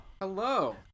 Hello